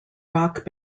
rock